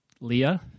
Leah